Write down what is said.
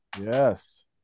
Yes